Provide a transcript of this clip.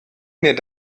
mir